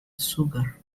sugar